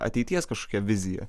ateities kažkokia vizija